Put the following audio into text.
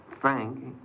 Frank